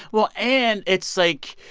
well and it's like,